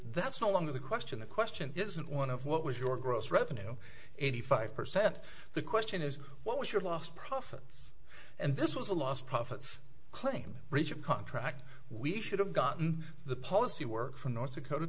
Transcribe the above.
that's no longer the question the question isn't one of what was your gross revenue eighty five per cent the question is what was your last profits and this was a lost profits claim richard contract we should have gotten the policy work from north dakota